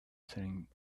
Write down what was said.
staring